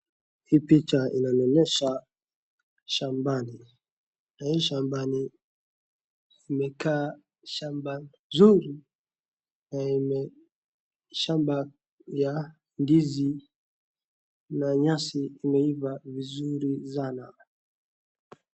Hii picha inanionyesha shambani na hii sambani imekaa shamba nzuri na ime shamba ya ndizi na nyasi imeiva vizuri sana.